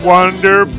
Wonder